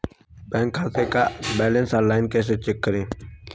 Bank खाते का balance online कैसे चेक करें?